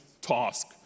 task